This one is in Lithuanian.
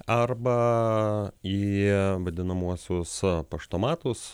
arba į vadinamuosius paštomatus